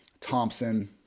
Thompson